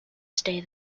stay